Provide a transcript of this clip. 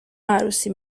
عروسی